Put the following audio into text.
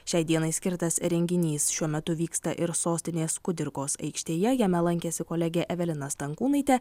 šiai dienai skirtas renginys šiuo metu vyksta ir sostinės kudirkos aikštėje jame lankėsi kolegė evelina stankūnaitė